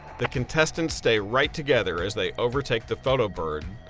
the contestants stay right together as they overtake the photo bird.